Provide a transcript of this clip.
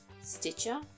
Stitcher